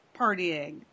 partying